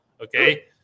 okay